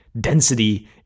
density